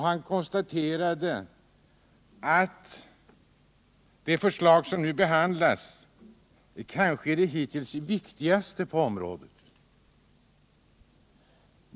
Han konstaterade att det förslag som nu behandlas kanske är det hittills viktigaste på området.